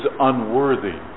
unworthy